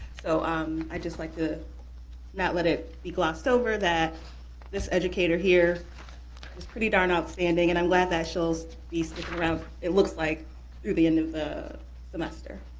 so um i'd just like to not let it be glossed over that this educator here is pretty darn outstanding, and i'm glad that she'll be sticking around, it looks like, through the end of the semester.